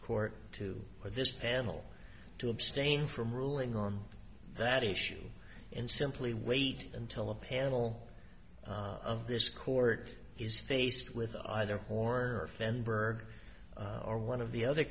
court to hear this panel to abstain from ruling on that issue and simply wait until a panel of this court is faced with either horror or fender or one of the other